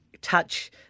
touch